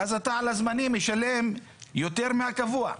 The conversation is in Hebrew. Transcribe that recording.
ואז על הזמני אתה משלם יותר מהקבוע,